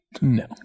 No